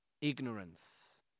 ignorance